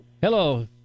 Hello